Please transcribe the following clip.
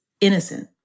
innocent